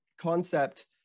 concept